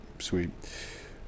sweet